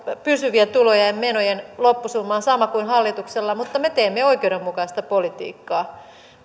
pysyvien tulojen ja menojen loppusumma on sama kuin hallituksella mutta me teemme oikeudenmukaista politiikkaa